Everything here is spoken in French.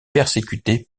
persécutés